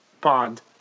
bond